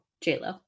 J-Lo